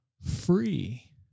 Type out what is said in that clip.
free